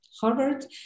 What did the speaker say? Harvard